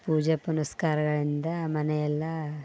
ಪೂಜಾ ಪುನಸ್ಕಾರಗಳಿಂದ ಮನೆಯೆಲ್ಲ